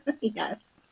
Yes